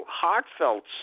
heartfelt